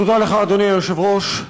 תודה לך, אדוני היושב-ראש,